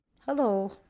Hello